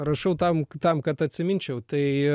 rašau tam tam kad atsiminčiau tai